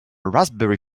raspberry